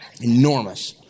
enormous